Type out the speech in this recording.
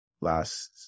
last